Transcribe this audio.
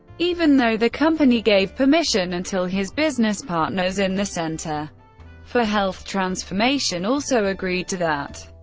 even though the company gave permission, until his business partners in the center for health transformation also agreed to that.